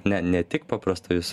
ne ne tik paprastais